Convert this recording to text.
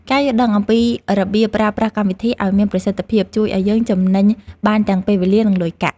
ការយល់ដឹងអំពីរបៀបប្រើប្រាស់កម្មវិធីឱ្យមានប្រសិទ្ធភាព ជួយឱ្យយើងចំណេញបានទាំងពេលវេលានិងលុយកាក់។